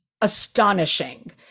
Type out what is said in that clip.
astonishing